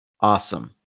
Awesome